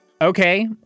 Okay